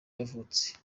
yavutse